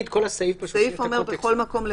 שלכם הוא